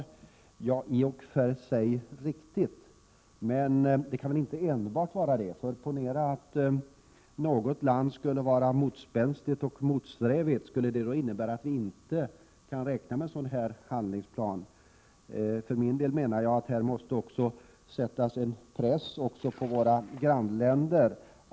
Ja, det är i och för sig riktigt, men det kan väl inte enbart vara så? Ponera att något land skulle vara motspänstigt och motsträvigt. Skulle detta då innebära att vi inte kan räkna med att det utarbetas en handlingsplan? För min del menar jag att vi måste sätta press också på våra grannländer.